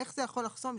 איך זה יכול לחסום?